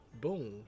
Boom